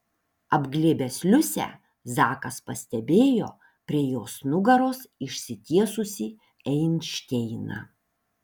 apglėbęs liusę zakas pastebėjo prie jos nugaros išsitiesusį einšteiną